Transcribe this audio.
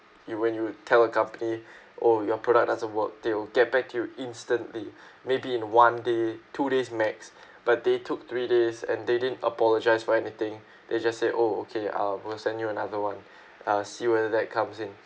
you when you tell a company oh your product doesn't work they will get back to you instantly maybe in one day two days max but they took three days and they didn't apologize for anything they just say oh okay uh we'll send you another one uh see whether that comes in